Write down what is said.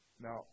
Now